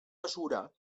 mesura